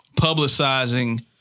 publicizing